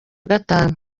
gatanu